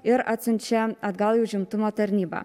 ir atsiunčia atgal į užimtumo tarnybą